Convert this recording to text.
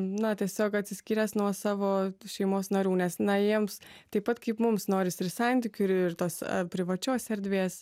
na tiesiog atsiskyręs nuo savo šeimos narių nes na jiems taip pat kaip mums norisi ir santykių ir tos privačios erdvės